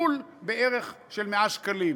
בול בערך של 100 שקלים.